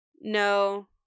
no